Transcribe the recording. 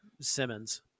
Simmons